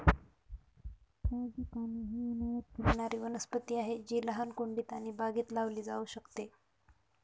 frangipani ही उन्हाळयात फुलणारी वनस्पती आहे जी लहान कुंडीत आणि बागेत लावली जाऊ शकते